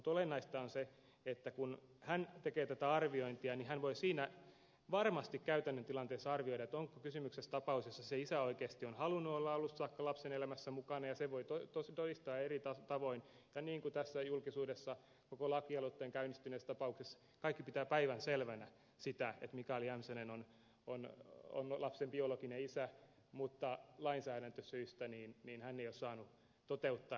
mutta olennaista on se että kun hän tekee tätä arviointia niin hän voi varmasti siinä käytännön tilanteessa arvioida onko kysymyksessä tapaus jossa se isä on oikeasti halunnut olla alusta saakka lapsen elämässä mukana ja sen voi todistaa eri tavoin tai onko tilanne niin kuin julkisuudessa koko lakialoitteen käynnistäneessä tapauksessa jossa kaikki pitävät päivänselvänä sitä että mikael jämsänen on lapsen biologinen isä mutta lainsäädäntösyistä hän ei ole saanut toteuttaa isyyttään